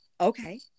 Okay